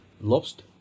Lost